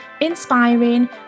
inspiring